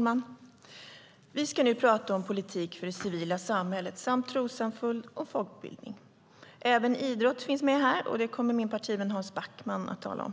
Fru talman! Vi talar om politik för det civila samhället, trossamfund och folkbildning. Även idrott finns med här, och det kommer min partivän Hans Backman att tala om.